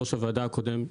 יושב-ראש הוועדה הקודם,